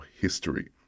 history